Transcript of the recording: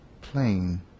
plain